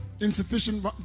insufficient